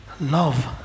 Love